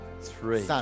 three